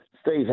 Steve